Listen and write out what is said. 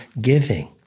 giving